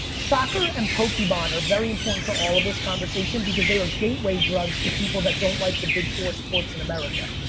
soccer and pokemon are very important to all of this conversation because they are gateway drugs to people that don't like the big four sports in america.